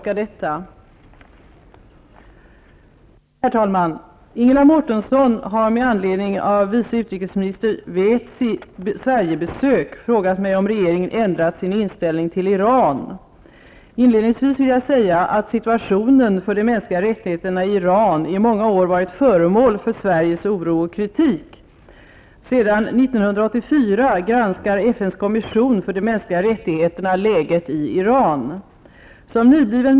Herr talman! Ingela Mårtensson har med anledning av vice utrikesminister Vaezis Sverigebesök frågat mig om regeringen ändrat sin inställning till Iran. Inledningsvis vill jag säga att situationen för de mänskliga rättigheterna i Iran i många år varit föremål för Sveriges oro och kritik. Sedan 1984 granskar FN:s kommission för de mänskliga rättigheterna läget i Iran.